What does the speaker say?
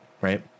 right